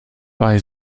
bei